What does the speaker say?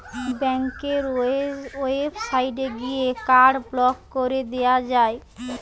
ব্যাংকের ওয়েবসাইটে গিয়ে কার্ড ব্লক কোরে দিয়া যায়